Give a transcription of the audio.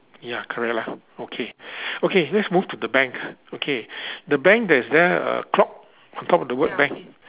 ya correct lah okay okay let's move to the bank okay the bank there's there a clock on top of the word bank